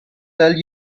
tell